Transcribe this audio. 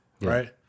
right